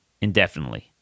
indefinitely